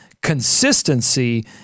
consistency